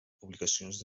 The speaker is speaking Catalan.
publicacions